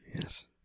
Yes